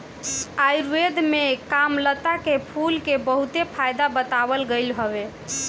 आयुर्वेद में कामलता के फूल के बहुते फायदा बतावल गईल हवे